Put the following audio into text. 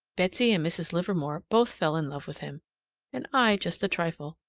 betsy and mrs. livermore both fell in love with him and i just a trifle.